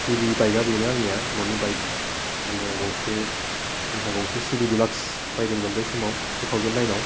गिबि बाइकआ बेनो आंनिया न'नि बाइक आङो गंसे जोंहा गंसे सिडि डिलाक्स बायदोंमोन बै समाव टु थावजेन नाइनआव